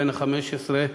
בן ה-15,